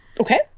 Okay